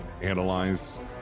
analyze